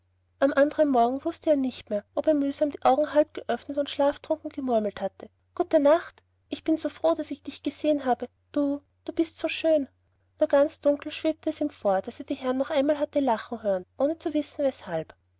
am andern morgen wußte er nicht mehr daß er mühsam die augen halb geöffnet und schlaftrunken gemurmelt hatte gute nacht ich bin so froh daß ich dich gesehen habe du du bist so schön nur ganz dunkel schwebte es ihm vor daß er die herren noch einmal hatte lachen hören ohne zu wissen weshalb